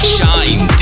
Shine